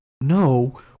no